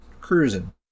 cruising